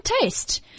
taste